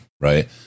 right